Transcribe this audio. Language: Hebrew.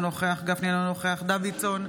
אינה נוכחת בנימין גנץ,